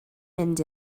mynd